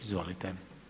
Izvolite.